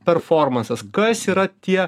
performansas kas yra tie